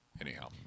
anyhow